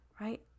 right